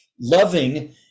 loving